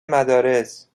مدارس